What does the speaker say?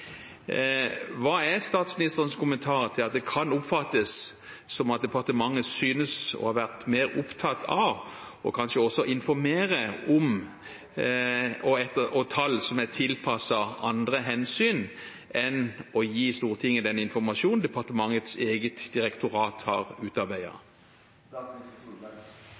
Hva er statsministerens kommentarer til at det kan oppfattes som at departementet synes å ha vært mer opptatt av – og kanskje også av å informere om – tall som er tilpasset andre hensyn enn å gi Stortinget den informasjon departementets eget direktorat har